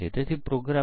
તેઓ સમુદાયમાં હોય છે